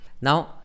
Now